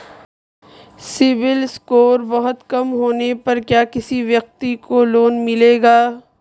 CIBIL score बहुत कम होने पर क्या किसी व्यक्ति को लोंन मिलेगा?